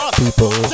people